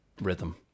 Rhythm